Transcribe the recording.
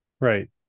Right